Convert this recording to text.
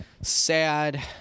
Sad